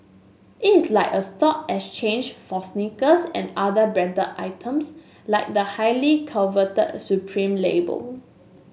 it is like a stock exchange for Sneakers and other branded items like the highly coveted Supreme label